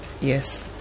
Yes